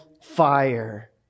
fire